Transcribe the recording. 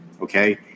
okay